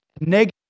Negative